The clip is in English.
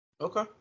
Okay